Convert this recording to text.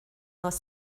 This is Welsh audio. nos